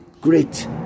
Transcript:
great